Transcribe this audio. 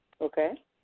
Okay